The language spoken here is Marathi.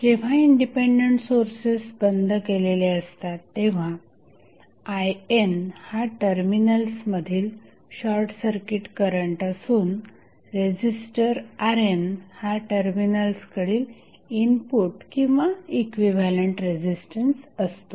जेव्हा इंडिपेंडंट सोर्सेस बंद केलेले असतात तेव्हा INहा टर्मिनल्स मधील शॉर्टसर्किट करंट असून रेझिस्टर RN हा टर्मिनल्स कडील इनपुट किंवा इक्विव्हॅलंट रेझिस्टन्स असतो